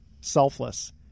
selfless